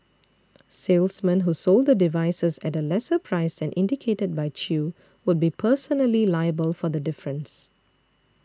salesmen who sold the devices at a lesser price than indicated by Chew would be personally liable for the difference